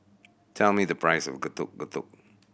tell me the price of Getuk Getuk